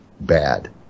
bad